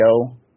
go